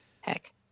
Heck